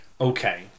Okay